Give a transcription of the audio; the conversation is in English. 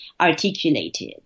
articulated